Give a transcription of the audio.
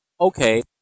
okay